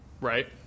right